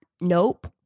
Nope